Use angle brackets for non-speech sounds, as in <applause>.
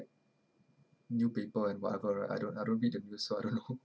new paper and whatever right I don't don't read the news so <laughs> I don't know